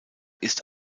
ist